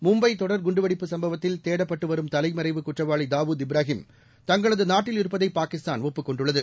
மும்பை தொடர் குண்டுவெடிப்பு சம்பவத்தில் தேடப்பட்டு வரும் தலைமறைவு குற்றவாளி தாவூத் இப்ராஹிம் தங்களது நாட்டில் இருப்பதை பாகிஸ்தான் ஒப்புக் கொண்டுள்ளது